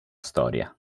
storia